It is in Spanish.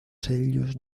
sellos